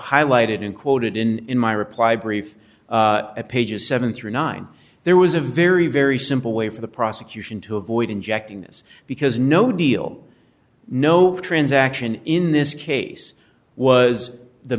highlighted in quoted in my reply brief at pages seven three nine there was a very very simple way for the prosecution to avoid injecting this because no deal no transaction in this case was the